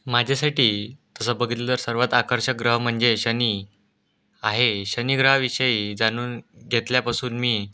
माझ्यासाठी तसं बघितलं सर्वात आकर्षक ग्रह म्हणजे शनी आहे शनी ग्रहाविषयी जाणून घेतल्यापासून मी